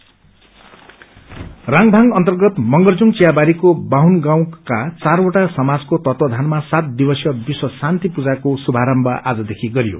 प्रजा राङ पाङ अर्न्तगत मगरजुङ चियाबारीको बाहुन गाउँका चारवटा समाजको तत्वाधानमा सात दिवसीय विश्व शान्ति पूजको शुभारम्प आजदेखि गरियो